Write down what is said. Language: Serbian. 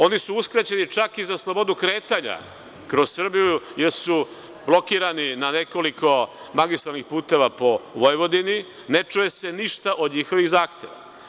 Oni su uskraćeni čak i na slobodu kretanja kroz Srbiju, jer su blokirani na nekoliko magistralnih puteva po Vojvodini, ne čuje se ništa od njihovih zahteva.